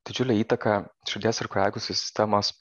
didžiulę įtaką širdies ir kraujagyslių sistemos